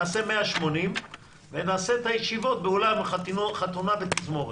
נעשה גוף של 180 ונערוך את הישיבות באולם חתונה עם תזמורת.